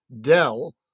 Dell